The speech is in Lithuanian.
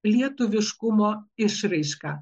lietuviškumo išraiška